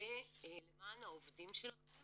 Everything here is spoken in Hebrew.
הרבה למען העובדים שלכם